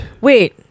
Wait